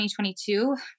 2022